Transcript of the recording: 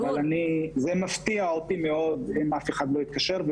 זה מפתיע אותי מאוד אם אף אחד לא התקשר.